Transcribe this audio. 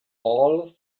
all